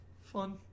fun